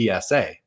PSA